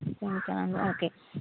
okay okay